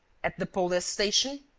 at the police-station?